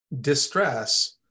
distress